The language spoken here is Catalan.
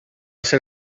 ser